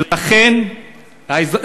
הצבאי.